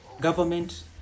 government